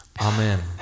Amen